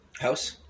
House